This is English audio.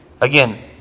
Again